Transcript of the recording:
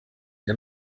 der